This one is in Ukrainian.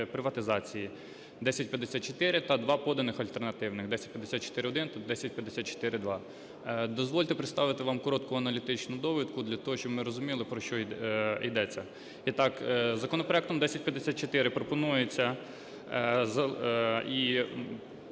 приватизації" (1054) та два поданих альтернативних (1054-1 та 1054-2). Дозвольте представити вам коротко аналітичну довідку для того, щоб ми розуміли, про що йдеться. І так, законопроектом 1054 пропонується і